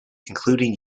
including